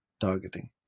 targeting